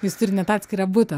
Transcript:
jūs turit net atskirą butą